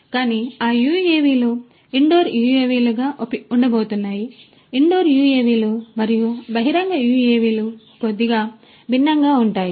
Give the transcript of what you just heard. కానీ ఆ యుఎవిలు ఇండోర్ యుఎవిలుగా ఉండబోతున్నాయి ఇండోర్ UAV లు మరియు బహిరంగ UAV లు కొద్దిగా భిన్నంగా ఉంటాయి